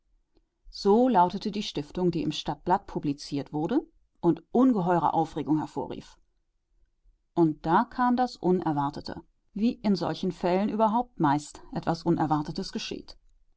so lautete die stiftung die im stadtblatt publiziert wurde und ungeheure aufregung hervorrief und da kam das unerwartete wie in solchen fällen überhaupt meist etwas unerwartetes geschieht